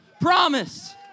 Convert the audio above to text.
promise